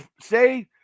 say